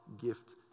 gift